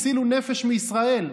הצילו נפש מישראל,